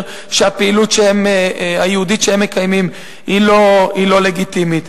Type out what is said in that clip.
שהפעילות היהודית שהם מקיימים היא לא לגיטימית.